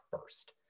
first